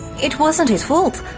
it wasn't his fault.